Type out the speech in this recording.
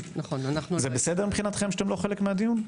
זה בסדר מבחינתכם שאתם לא חלק מהדיון?